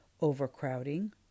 overcrowding